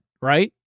right